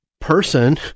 person